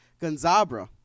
Gonzabra